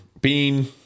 Bean